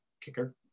kicker